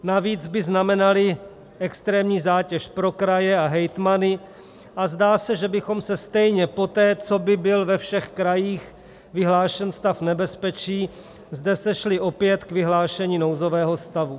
Navíc by znamenaly extrémní zátěž pro kraje a hejtmany a zdá se, že bychom se stejně poté, co by byl ve všech krajích vyhlášen stav nebezpečí, zde sešli opět k vyhlášení nouzového stavu.